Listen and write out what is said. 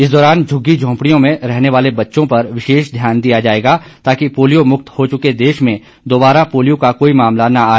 इस दौरान झुग्गी झोंपडियों में रहने वाले बच्चों पर विशेष ध्यान दिया जाएगा ताकि पोलियो मुक्त हो चुके देश में दोबारा पोलियो का कोई मामला न आए